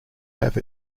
have